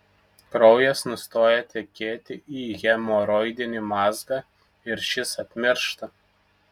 kraujas nustoja tekėti į hemoroidinį mazgą ir šis apmiršta